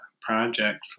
project